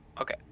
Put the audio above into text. okay